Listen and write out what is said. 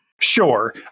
Sure